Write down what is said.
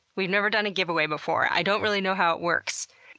we've never done a giveaway before, i don't really know how it works.